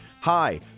Hi